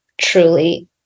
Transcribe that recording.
truly